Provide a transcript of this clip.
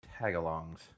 Tagalongs